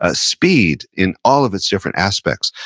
ah speed, in all of its different aspects,